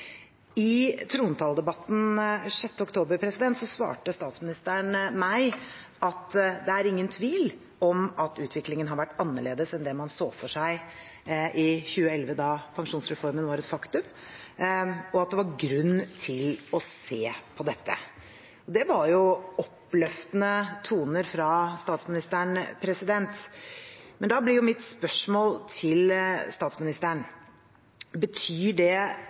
I trontaledebatten 6. oktober svarte statsministeren meg: «Det er ingen tvil om at utviklingen har vært annerledes enn det man så for seg i 2011», da pensjonsreformen var et faktum, og at «det er grunn til å se på dette». Det var jo oppløftende toner fra statsministeren. Da blir mitt spørsmål til statsministeren: Betyr det